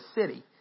city